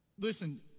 Listen